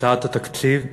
הצעת התקציב,